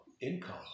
income